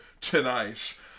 Tonight